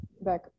back